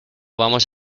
vamos